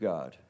God